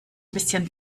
bisschen